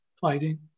fighting